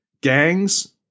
gangs